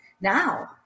now